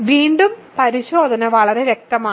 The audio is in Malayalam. വീണ്ടും പരിശോധന വളരെ വ്യക്തമാണ്